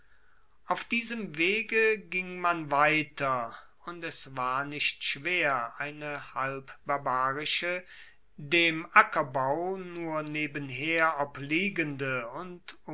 auf diesem wege ging man weiter und es war nicht schwer eine halbbarbarische dem ackerbau nur nebenher obliegende und